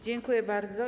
Dziękuję bardzo.